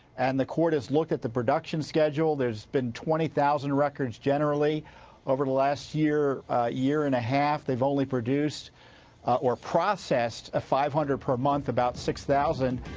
and the court has looked at the production schedule. there's been twenty thousand records generally over the last year year and a half. they've only produced or processed ah five hundred per month. about six thousand.